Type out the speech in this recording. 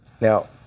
Now